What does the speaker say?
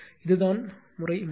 இதுதான் முறை 3